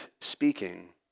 speaking